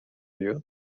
you